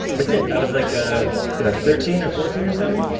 i did. i was like ah thirteen or fourteen or so um